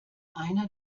einer